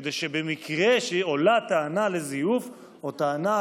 כדי שבמקרה שעולה טענה לזיוף או טענה